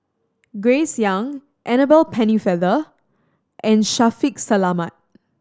Grace Young Annabel Pennefather and Shaffiq Selamat